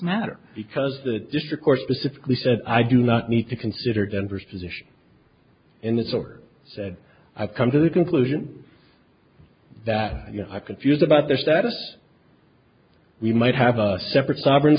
matter because the district court specifically said i do not need to consider denver's position in this order said i've come to the conclusion that i confused about their status we might have a separate sovereign